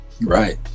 Right